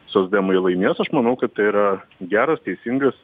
socdemai laimės aš manau kad tai yra geras teisingas